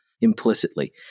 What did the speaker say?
implicitly